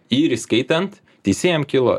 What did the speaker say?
ir įskaitant teisėjam kilo